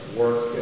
work